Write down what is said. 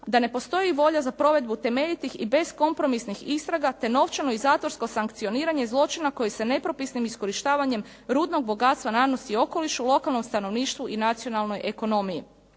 da ne postoji volja za provedbu temeljitih i beskompromisnih istraga, te novčano i zatvorsko sankcioniranje zločina koji se nepropisnim iskorištavanjem rudnog bogatstva nanosi okolišu, lokalnom stanovništvu i nacionalnoj ekonomiji.